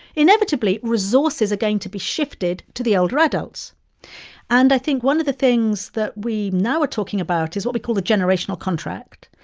inevitably, resources are going to be shifted to the older adults and i think one of the things that we now are talking about is what we call the generational contract,